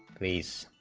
these